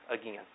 again